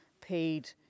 paid